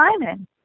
Simon